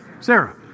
Sarah